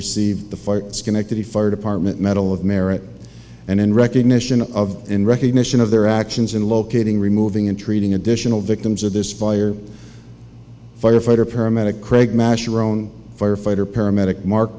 receive the fire schenectady fire department medal of merit and in recognition of in recognition of their actions in locating removing and treating additional victims of this fire firefighter paramedic craig masher own firefighter paramedic mark